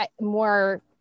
more